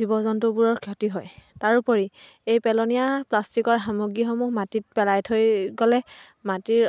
জীৱ জন্তুবোৰৰ ক্ষতি হয় তাৰোপৰি এই পেলনীয়া প্লাষ্টিকৰ সামগ্ৰীসমূহ মাটিত পেলাই থৈ গ'লে মাটিৰ